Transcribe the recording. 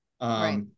Right